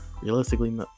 Realistically